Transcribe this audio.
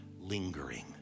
lingering